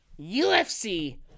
UFC